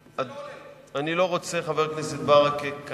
חבר הכנסת ברכה,